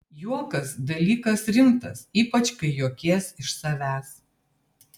juokas dalykas rimtas ypač kai juokies iš savęs